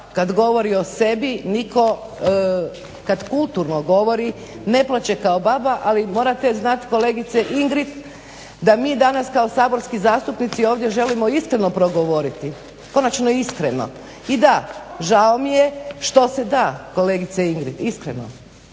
kad govori o sebi, nitko kad kulturno govori ne plače kao baba. Ali morate znati kolegice Ingrid da mi danas kao saborski zastupnici ovdje želimo iskreno progovoriti, konačno iskreno. I da, žao mi je što se da kolegice Ingrid iskreno.